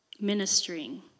ministering